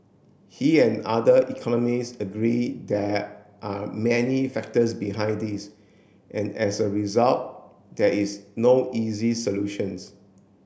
he and other economists agree there are many factors behind this and as a result there is no easy solutions